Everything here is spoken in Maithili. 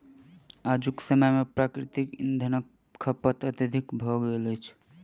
आजुक समय मे प्राकृतिक इंधनक खपत अत्यधिक भ गेल अछि